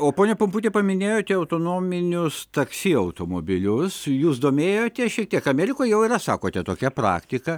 o pone pumputi paminėjote autonominius taksi automobilius jus domėjotės šiek tiek amerikoj jau yra sakote tokia praktika